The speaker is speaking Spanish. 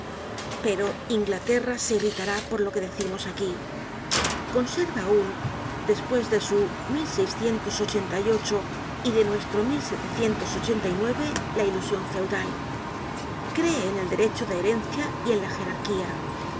pero inglaterra se irritará por lo que decimos aquí conserva aun despues de su y de la ilusion feudal cree en el derecho de herencia y en la gerarquía